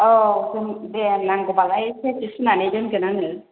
औ दे नांगौ बालाय सेरसे सुनानै दोनगोन आङो